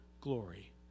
glory